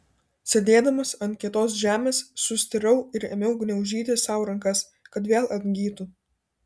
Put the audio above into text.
sėdėdamas ant kietos žemės sustirau ir ėmiau gniaužyti sau rankas kad vėl atgytų